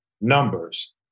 numbers